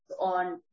on